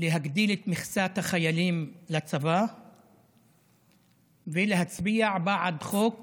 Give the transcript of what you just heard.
להגדיל את מכסת החיילים לצבא ולהצביע בעד חוק